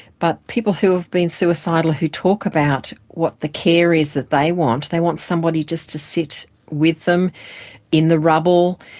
but people who have been suicidal who talk about what the care is that they want, they want somebody just to sit with them in the rubble,